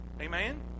Amen